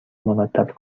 مرتب